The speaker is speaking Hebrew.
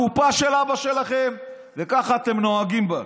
הקופה של אבא שלכם וכך אתם נוהגים בה.